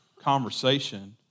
conversation